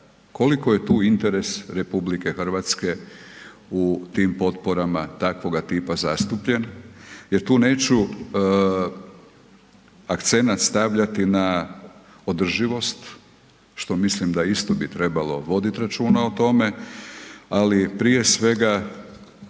koliko je tu interes RH u tim potporama takvoga tipa zastupljen jer tu neću akcenat stavljati na održivost što mislim da isto bi trebalo voditi računa o tome ali prije svega,